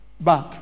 back